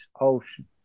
ocean